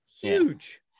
huge